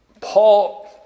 Paul